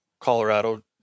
Colorado